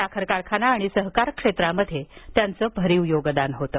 साखर कारखाना आणि सहकार क्षेत्रात त्यांचं भरीव योगदान होतं